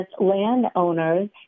landowners